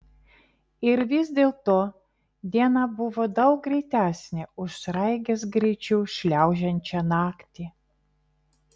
ir vis dėlto diena buvo daug greitesnė už sraigės greičiu šliaužiančią naktį